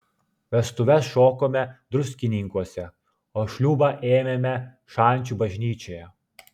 vestuves šokome druskininkuose o šliūbą ėmėme šančių bažnyčioje